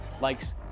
likes